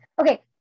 okay